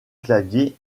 clavier